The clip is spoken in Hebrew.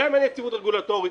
להם אין יציבות רגולטורית.